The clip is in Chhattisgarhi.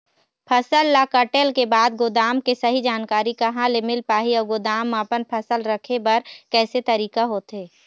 फसल ला कटेल के बाद गोदाम के सही जानकारी कहा ले मील पाही अउ गोदाम मा अपन फसल रखे बर कैसे तरीका होथे?